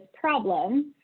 problem